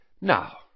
Now